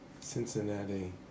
Cincinnati